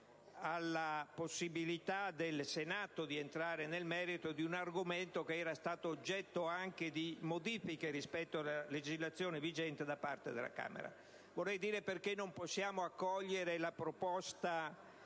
alla possibilità del Senato di entrare nel merito di un argomento che era stato anche oggetto di modifiche rispetto alla legislazione vigente da parte della Camera. Non possiamo però accogliere la proposta